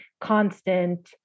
constant